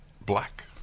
black